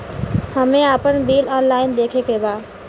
हमे आपन bill online देखे के बा?